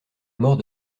mort